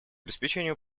обеспечению